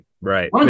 right